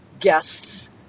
guests